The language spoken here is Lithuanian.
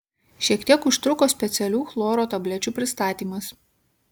šiek tiek užtruko specialių chloro tablečių pristatymas